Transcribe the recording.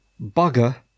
bugger